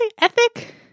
ethic